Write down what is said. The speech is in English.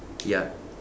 ya